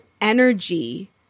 energy